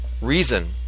reason